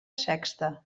sexta